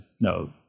no